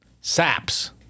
Saps